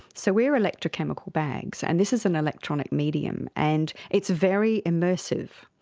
so we are electrochemical bags and this is an electronic medium, and it's very immersive.